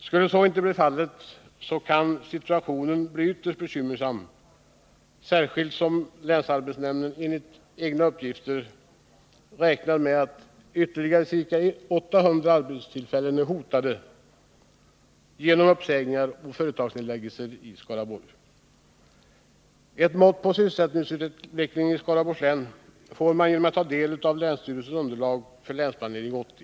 Skulle så inte bli fallet kan situationen bli ytterst bekymmersam, särskilt som — enligt länsarbetsnämndens egna uppgifter — ytterligare ca 800 arbetstillfällen är hotade genom uppsägningar och företagsnedläggelser i Skaraborg. Ett mått på sysselsättningsutvecklingen i Skaraborgs län får man genom att ta del av länsstyrelsens underlag för Länsplanering 80.